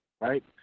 right